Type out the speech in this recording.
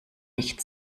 nicht